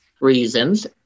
reasons